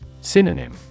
Synonym